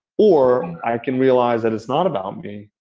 or i can realize that it's not about me.